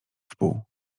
wpół